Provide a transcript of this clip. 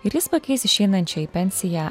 ir jis pakeis išeinančią į pensiją